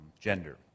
gender